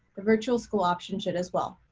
the virtual school option should as well.